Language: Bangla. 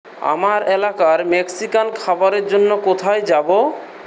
আমার এলাকায় মেক্সিকান খাবারের জন্য কোথায় যাব